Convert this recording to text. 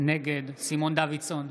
נגד סימון דוידסון,